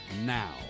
now